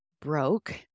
broke